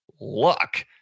luck